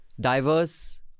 diverse